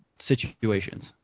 situations